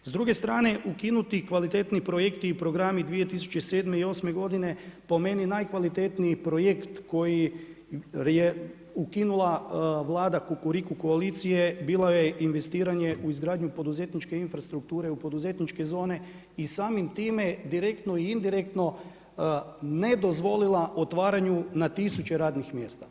S druge strane, ukinuti kvalitetniji projekti i programi 2007. i osme godine po meni je najkvalitetniji projekt koji je ukinula vlada Kukuriku koalicije, bilo je investiranje u izgradnju poduzetničke infrastrukture u poduzetničke zone i samim time direktno i indirektno ne dozvolila otvaranju na tisuće radnih mjesta.